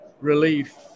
relief